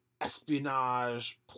espionage